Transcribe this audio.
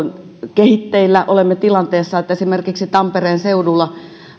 kehitteillä olemme tilanteessa että esimerkiksi tampereen seudulla